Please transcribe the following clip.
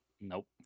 Nope